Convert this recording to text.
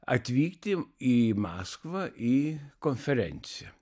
atvykti į maskvą į konferenciją